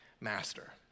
Master